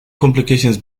complications